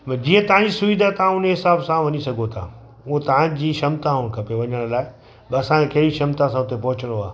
भई जीअं तव्हांजी सुविधा तव्हां उन ते हिसाब सां वञी सघो था उहो तव्हांजी क्षमता हुअण खपे वञण लाइ भई असांखे कहिड़ी क्षमता सां हुते पहुचिणो आहे